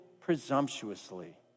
presumptuously